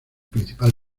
principal